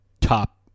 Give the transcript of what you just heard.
top